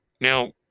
Now